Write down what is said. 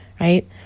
right